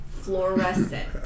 fluorescent